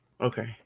Okay